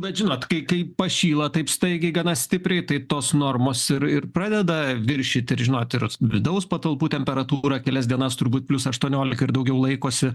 bet žinot kai kai pašyla taip staigiai gana stipriai tai tos normos ir ir pradeda viršyt ir žinot ir vidaus patalpų temperatūra kelias dienas turbūt plius aštuoniolika ir daugiau laikosi